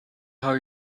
how